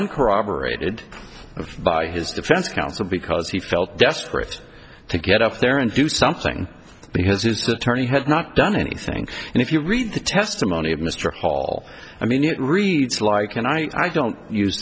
uncorroborated of by his defense counsel because he felt desperate to get up there and do something because his attorney had not done anything and if you read the testimony of mr hall i mean it reads like and i don't use